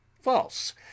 false